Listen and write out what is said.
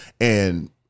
And-